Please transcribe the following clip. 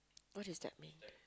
what does that mean